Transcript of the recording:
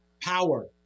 power